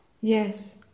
Yes